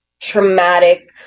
traumatic